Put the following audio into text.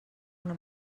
una